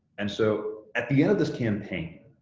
and so at the end of this campaign,